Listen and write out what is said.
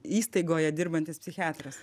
įstaigoje dirbantis psichiatras